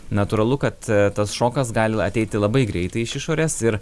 natūralu kad tas šokas gali ateiti labai greitai iš išorės ir